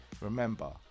Remember